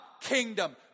kingdom